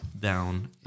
down